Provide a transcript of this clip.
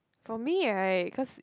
for me right because